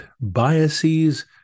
biases